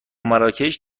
مراکش